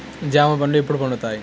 జామ పండ్లు ఎప్పుడు పండుతాయి?